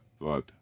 vibe